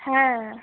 হ্যাঁ